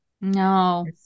No